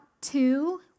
two